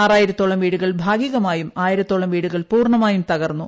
ആറായിര ത്തോളം വീടുകൾ ഭാഗികമായും ആയിരത്തോളം വീടുകൾ പൂർണ്ണമായും തകർന്നു